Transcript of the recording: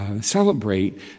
celebrate